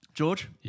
George